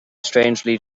strangely